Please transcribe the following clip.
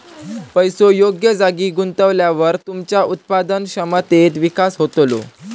पैसो योग्य जागी गुंतवल्यावर तुमच्या उत्पादन क्षमतेत विकास होतलो